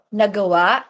nagawa